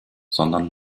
sondern